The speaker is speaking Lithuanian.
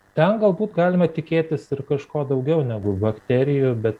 ten galbūt galima tikėtis ir kažko daugiau negu bakterijų bet